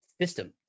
system